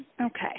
okay